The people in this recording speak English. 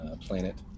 planet